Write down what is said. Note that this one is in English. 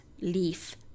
leaf